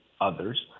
others